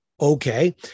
Okay